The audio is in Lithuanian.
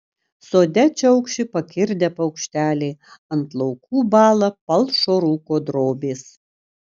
sode čiaukši pakirdę paukšteliai ant laukų bąla palšo rūko drobės